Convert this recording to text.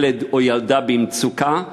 ילד או ילדה במצוקה,